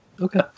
Okay